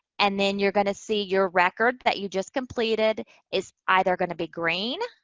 and then you're going to see your record that you just completed is either going to be green,